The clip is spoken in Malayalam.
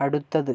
അടുത്തത്